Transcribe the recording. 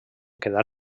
quedar